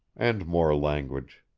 and more language.